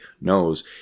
knows